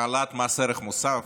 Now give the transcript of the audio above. העלאת מס ערך מוסף,